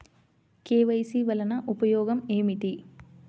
KYC వలన ఉపయోగం ఏమిటీ?